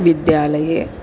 विद्यालये